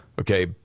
Okay